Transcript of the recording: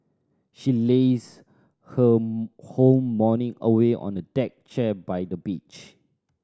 she lazed her whole morning away on a deck chair by the beach